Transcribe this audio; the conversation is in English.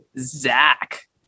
Zach